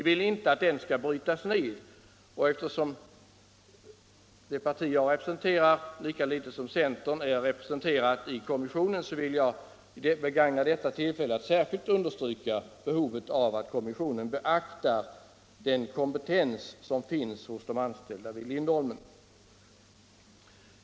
Vi vill inte att den skall brytas ned, och eftersom det parti jag representerar lika litet som centern är representerat i kommissionen vill jag begagna detta tillfälle att särskilt understryka behovet av att kommissionen beaktar den kompetens som finns hos de anställda vid Lindholmens Varv.